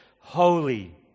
Holy